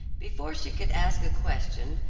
before she could ask a question,